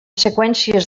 seqüències